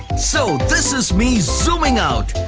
so this is me zooming out,